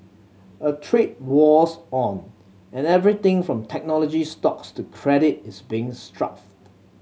a trade war's on and everything from technology stocks to credit is being strafed